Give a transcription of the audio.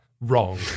wrong